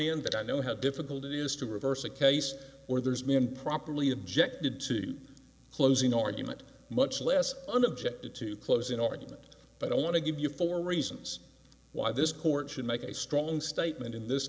in but i know how difficult it is to reverse a case where there's me improperly objected to closing argument much less an objective to closing argument but i want to give you four reasons why this court should make a strong statement in this